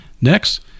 Next